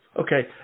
Okay